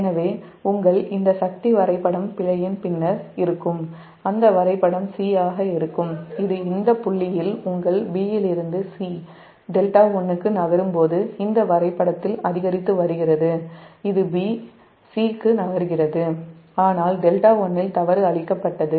எனவே உங்கள் இந்த சக்தி வரைபடம் பிழையின் பின்னர் இருக்கும் அந்த வரைபடம் C ஆக இருக்கும் இது இந்த புள்ளியில் உங்கள் B இலிருந்து C δ1 க்கு நகரும் போது இந்த வரைபடத்தில் அதிகரித்து வருகிறது இது B இலிருந்து C க்கு நகர்த்துகிறது ஆனால் δ1 இல் தவறு அழிக்கப்பட்டது